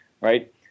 right